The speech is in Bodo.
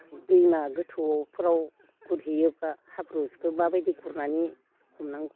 दैमा गोथौफोराव गुरहैयोबा हाब्रुखौ माबायदि गुरनानै हमनांगौ